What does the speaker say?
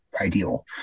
ideal